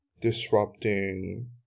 disrupting